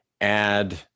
add